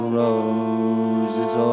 roses